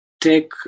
take